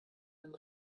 einen